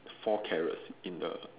four carrots in the